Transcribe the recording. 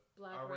black